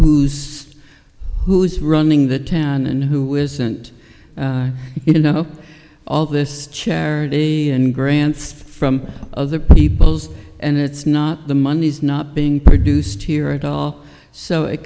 who's who's running the town and who isn't you know all this charity and grants from other peoples and it's not the money's not being produced here at all so it